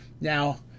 Now